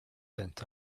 sent